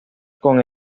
con